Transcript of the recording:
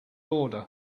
order